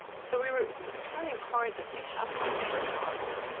so we were like trying hard to say, how can we make a model,